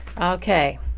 Okay